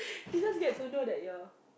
he just get to know that your